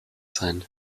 sein